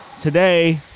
Today